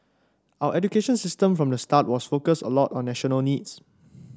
our education system from the start was focused a lot on national needs